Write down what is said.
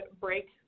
break